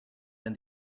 than